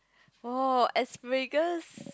oh asparagus